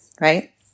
right